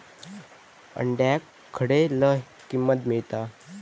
अंड्याक खडे लय किंमत मिळात?